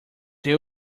they